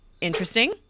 interesting